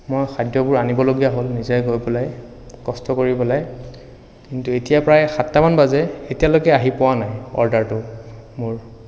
মই খাদ্যবোৰ আনিবলগীয়া হ'ল নিজে গৈ পেলাই কষ্ট কৰি পেলাই কিন্তু এতিয়া প্ৰায় সাতটামান বাজে এতিয়ালৈকে আহি পোৱা নাই অৰ্ডাৰটো মোৰ